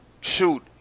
shoot